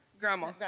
grandma.